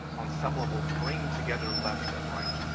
on some level, bring together left and right